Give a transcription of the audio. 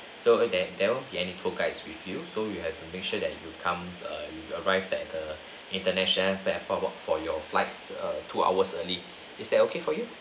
so that there won't be any tour guides with you so you have to make sure that your come err arrive that err international airport for your flights err two hours early is that okay for you